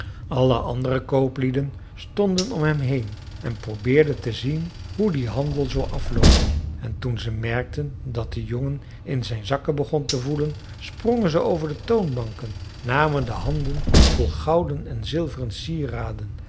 alle andere kooplieden stonden om hen heen en probeerden te zien hoe die handel zou afloopen en toen ze merkten dat de jongen in zijn zakken begon te voelen sprongen ze over de toonbanken namen de handen vol gouden en zilveren sieraden